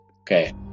Okay